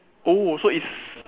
oh so is